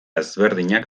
ezberdinak